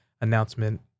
announcement